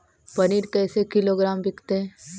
पनिर कैसे किलोग्राम विकतै?